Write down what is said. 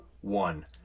one